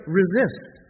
resist